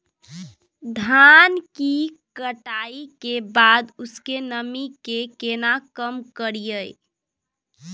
धान की कटाई के बाद उसके नमी के केना कम करियै?